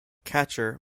catcher